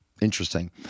Interesting